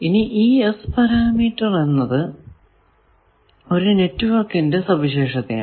ഇനി ഈ S parameter എന്നത് ഒരു നെറ്റ്വർക്കിന്റെ സവിശേഷതയാണ്